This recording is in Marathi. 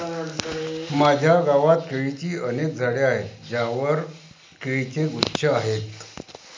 माझ्या गावात केळीची अनेक झाडे आहेत ज्यांवर केळीचे गुच्छ आहेत